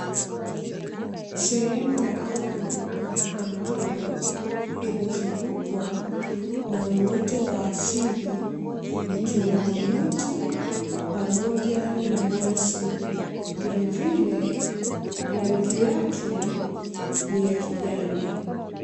Sehemu ya ardhi ambayo imezungukwa na uoto wa asili ikiwemo miti pamoja na nyasi, vilevile rangi yake ni ya kijani.